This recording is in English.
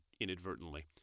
inadvertently